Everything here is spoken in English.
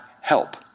help